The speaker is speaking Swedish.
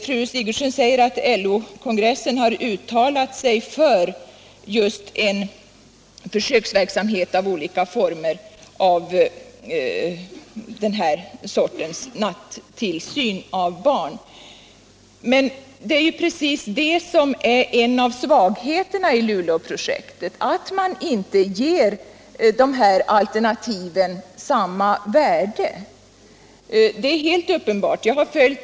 Fru Sigurdsen sade att LO-kongressen har uttalat sig för just en försöksverksamhet med olika former av den här sortens nattillsyn av barn. Men det är ju det förhållandet att man i Luleåprojektet inte ger dessa alternativ samma värde som är en av svagheterna i detta projekt.